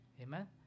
Amen